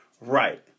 Right